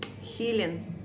healing